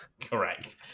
correct